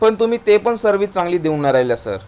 पण तुम्ही ते पण सर्विच चांगली देऊन ना राहिल्या सर